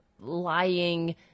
Lying